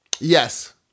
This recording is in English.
Yes